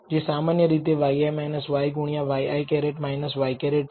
કે જે સામાન્ય રીતે yi y ગુણ્યા ŷi ŷ છે